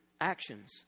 actions